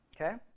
Okay